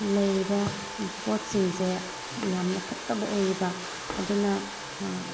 ꯂꯩꯔꯤꯕ ꯄꯣꯠꯁꯤꯡꯁꯦ ꯌꯥꯝ ꯐꯠꯇꯕ ꯑꯣꯏꯌꯦꯕ ꯑꯗꯨꯅ